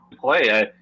play